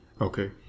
Okay